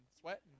sweat